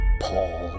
Paul